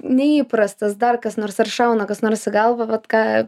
neįprastas dar kas nors ar šauna kas nors į galvą vat ką